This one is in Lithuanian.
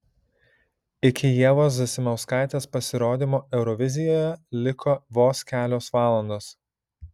iki ievos zasimauskaitės pasirodymo eurovizijoje liko vos kelios valandos